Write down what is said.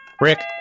Rick